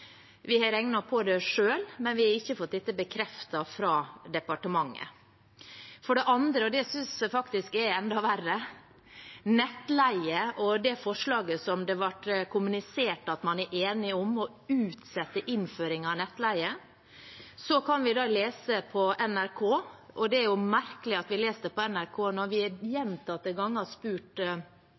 Vi har regnet på det selv, men vi har ikke fått det bekreftet fra departementet. For det andre, og det synes jeg faktisk er enda verre: Når det gjelder forslaget om å utsette innføring av nettleie, som det ble kommunisert at man er enige om, kan vi lese på nrk.no – og det er merkelig at vi kan lese det på nrk.no, når vi gjentatte ganger har spurt